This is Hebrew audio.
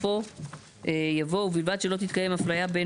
בסופו יבוא: "ובלבד שלא תתקיים אפליה בין